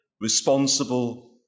responsible